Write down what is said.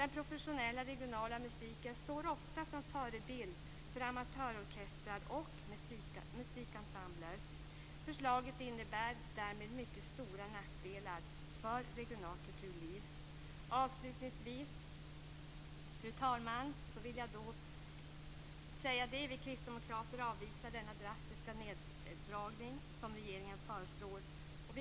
Den professionella regionala musiken står ofta som förebild för amatörorkestrar och musikensembler. Förslaget medför därmed mycket stora nackdelar för regionalt kulturliv. Till sist, fru talman, vill jag säga att vi kristdemokrater avvisar den drastiska neddragning som regeringen föreslår.